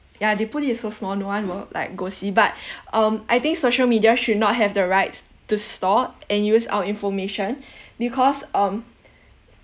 ya they put it so small no one will like go see but um I think social media should not have the rights to store and use our information because um